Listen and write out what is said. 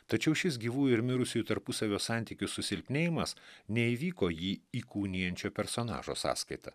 tačiau šis gyvųjų ir mirusiųjų tarpusavio santykių susilpnėjimas neįvyko į jį įkūnijančio personažo sąskaita